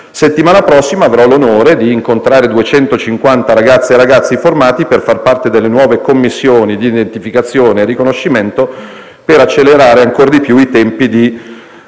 settimana prossima avrò l'onore di incontrare 250 ragazze e ragazzi formati per far parte delle nuove commissioni di identificazione e riconoscimento, per accelerare ancor di più i tempi di